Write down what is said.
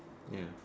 ya